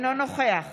אינו נוכח